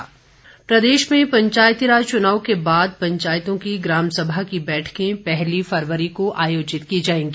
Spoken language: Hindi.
अधिसूचना प्रदेश में पंचायती राज चुनाव के बाद पंचायतों की ग्राम सभा की बैठकें पहली फरवरी को आयोजित की जाएगी